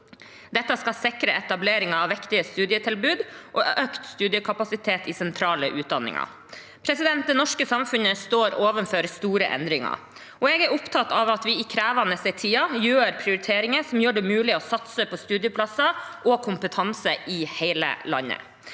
Dette skal sikre etableringen av viktige studietilbud og økt studiekapasitet i sentrale utdanninger. Det norske samfunnet står overfor store endringer. Jeg er opptatt av at vi i krevende tider gjør prioriteringer som gjør det mulig å satse på studieplasser og kompetanse i hele landet.